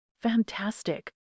Fantastic